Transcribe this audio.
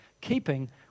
keeping